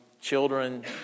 children